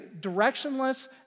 directionless